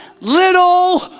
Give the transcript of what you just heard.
little